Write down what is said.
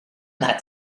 that